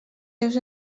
seus